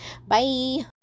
Bye